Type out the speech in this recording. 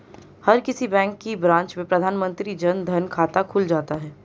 हर किसी बैंक की ब्रांच में प्रधानमंत्री जन धन खाता खुल जाता है